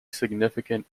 significant